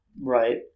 Right